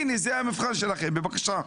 הנה, זה המבחן שלכם, בבקשה.